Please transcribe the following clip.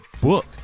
book